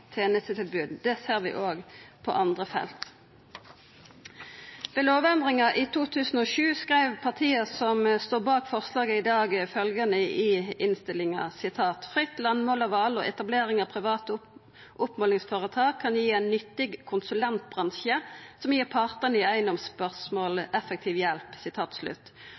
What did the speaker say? tenestetilbod. Det ser vi òg på andre felt. Ved lovendringa i 2007 skreiv partia som står bak forslaget i dag, i innstillinga at fritt landmålarval og etablering av private oppmålingsføretak «kan gi en nyttig konsulentbransje som gir partene i eiendomsspørsmål effektiv hjelp